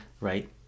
right